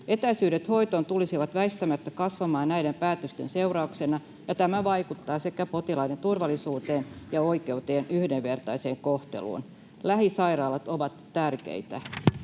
Etäisyydet hoitoon tulisivat väistämättä kasvamaan näiden päätösten seurauksena, ja tämä vaikuttaa sekä potilaiden turvallisuuteen että oikeuteen yhdenvertaiseen kohteluun. Lähisairaalat ovat tärkeitä.